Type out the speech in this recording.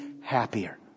happier